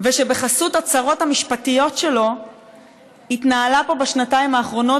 שבחסות הצרות המשפטיות שלו התנהלה פה בשנתיים האחרונות